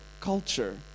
culture